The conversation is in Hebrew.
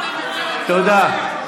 בעד יעקב אשר,